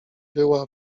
była